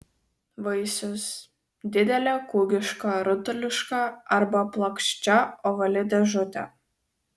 vaisius didelė kūgiška rutuliška arba plokščia ovali dėžutė